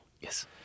Yes